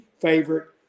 favorite